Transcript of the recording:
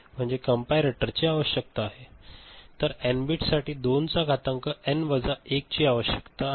तर N bit साठी 2 चा घातांक एन वजा 1 ची आवश्यक आहे